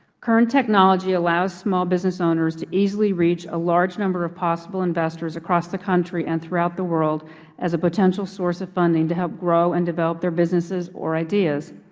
current technology allows small businesses owners to easily reach a large number of possible investors across the country and throughout the world as a potential source of funding to help grow and develop their businesses or ideas.